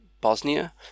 Bosnia